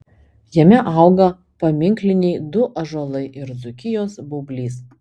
jame auga paminkliniai du ąžuolai ir dzūkijos baublys